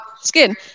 skin